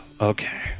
okay